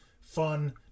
fun